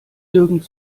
irgend